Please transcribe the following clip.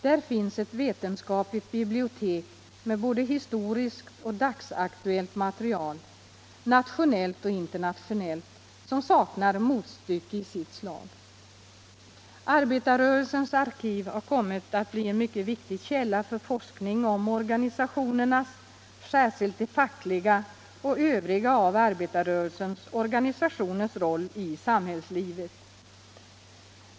Där finns ett vetenskapligt bibliotek med både historiskt och dagsaktuellt material — nationellt och internationellt — som saknar motstycke i sitt slag. Arbetarrörelsens arkiv har kommit att bli en mycket viktig källa för forskning om organisationernas — särskilt de fackligas och arbetarrörelsens övriga organisationers — roll i samhällslivet.